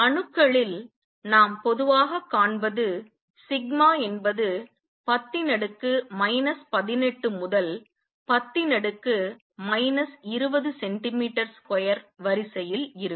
அணுக்களில் நாம் பொதுவாகக் காண்பது சிக்மா என்பது 10 18 முதல் 10 20 சென்டிமீட்டர் ஸ்கொயர் வரிசையில் இருக்கும்